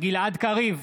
גלעד קריב,